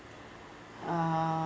uh